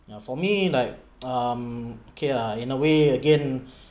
ya for me like mm kay lah in a way again